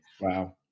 Wow